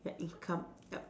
ya income yup